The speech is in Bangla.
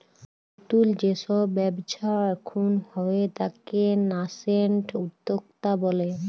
লতুল যে সব ব্যবচ্ছা এখুন হয়ে তাকে ন্যাসেন্ট উদ্যক্তা ব্যলে